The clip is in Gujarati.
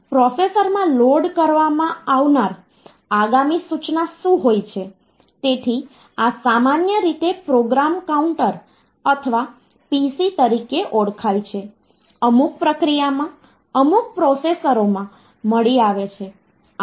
હવે તમે જાણો છો કે જ્યારે હું નંબર કહું છું ત્યારે આ સંખ્યા વિવિધ પ્રકારની હોઈ શકે છે જેમ કે તે પૂર્ણાંક સંખ્યા હોઈ શકે છે અને આ પૂર્ણાંક ફરીથી ધનાત્મક પૂર્ણાંક હોઈ શકે છે અથવા તે ઋણાત્મક પૂર્ણાંક હોઈ શકે છે અને અન્ય પણ હોઈ શકે છે તે જ રીતે આપણને કેરેક્ટર મળ્યા છે